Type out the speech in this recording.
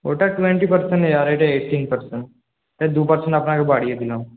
ওটা টোয়েন্টি পারসেন্টে আর এটা এইট্টিন পারসেন্ট তাই দু পার্সেন্ট আপনাকে বাড়িয়ে দিলাম